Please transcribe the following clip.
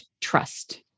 trust